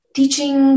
teaching